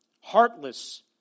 heartless